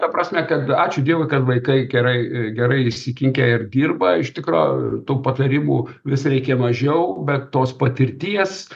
ta prasme kad ačiū dievui kad vaikai gerai i gerai įsikinkę ir dirba iš tikro tų patarimų vis reikia mažiau bet tos patirties